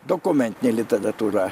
dokumentinė literatūra